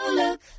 look